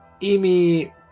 Amy